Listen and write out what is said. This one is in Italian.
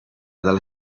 dalla